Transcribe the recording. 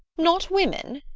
not women?